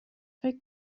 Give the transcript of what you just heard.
فکر